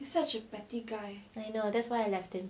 such a petty guy I know that's why I left him